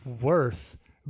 worth